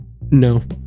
no